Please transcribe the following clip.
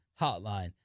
Hotline